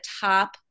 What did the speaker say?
top